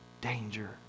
danger